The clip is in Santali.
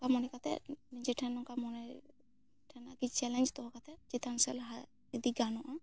ᱚᱱᱠᱟ ᱢᱚᱱᱮ ᱠᱟᱛᱮ ᱱᱤᱡᱮ ᱴᱷᱮᱱ ᱚᱱᱠᱟ ᱢᱚᱱᱮ ᱴᱷᱮᱱᱟ ᱠᱤ ᱪᱮᱞᱮᱱᱡᱽ ᱫᱚᱦᱚ ᱠᱟᱛᱮ ᱪᱮᱛᱟᱱ ᱥᱮ ᱞᱟᱦᱟ ᱤᱫᱤ ᱜᱟᱱᱚᱜᱼᱟ